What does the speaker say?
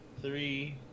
three